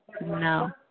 No